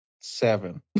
Seven